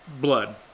blood